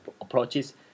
approaches